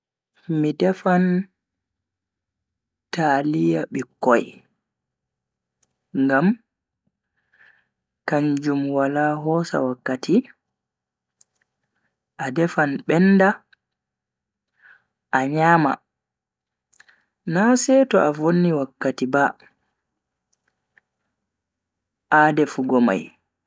Mi defan taliya bikkoi. ngam kanjum wala hosa Wakkati a defan benda a nyama na seto a vonni wakkati ba a defugo mai.